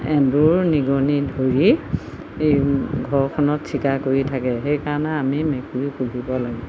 এন্দুৰ নিগনি ধৰি এই ঘৰখনত চিকাৰ কৰি থাকে সেইকাৰণে আমি মেকুৰী পুহিব লাগে